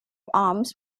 arms